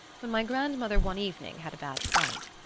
when my grandmother one evening had a bad fright.